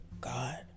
God